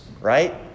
right